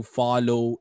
follow